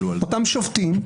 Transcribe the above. אותם שופטים,